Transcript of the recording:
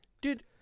Dude